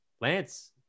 Lance